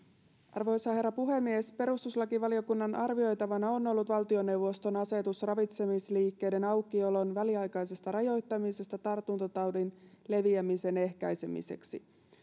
arvoisa herra puhemies perustuslakivaliokunnan arvioitavana on ollut valtioneuvoston asetus ravitsemisliikkeiden aukiolon väliaikaisesta rajoittamisesta tartuntataudin leviämisen ehkäisemiseksi